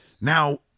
now